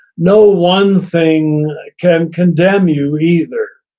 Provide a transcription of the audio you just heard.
no one thing can condemn you either.